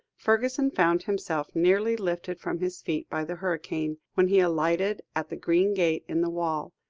fergusson found himself nearly lifted from his feet by the hurricane, when he alighted at the green gate in the wall.